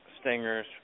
Stingers